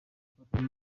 gufatamo